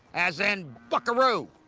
as in buck-a-roo.